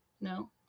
No